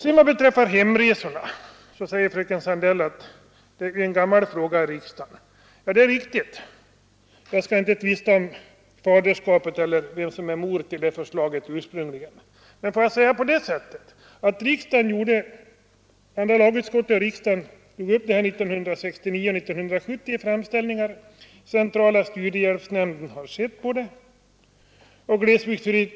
Om hemresorna säger fröken Sandell att det är en gammal fråga i riksdagen. Det är riktigt. Jag skall inte tvista om vem som är far eller mor till det ursprungliga förslaget. Men låt mig påpeka att andra lagutskottet behandlade 1969 och 1970 framställningar i detta ärende och riksdagen fattade positiva beslut.